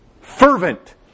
Fervent